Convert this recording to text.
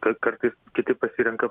kad kartais kiti pasirenka